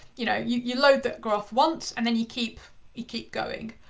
you know, you you load that graph once and then he keep you keep going.